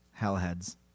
hellheads